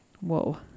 Whoa